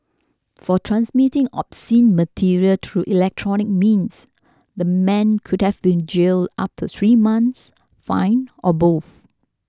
for transmitting obscene material through electronic means the man could have been jailed up to three months fined or both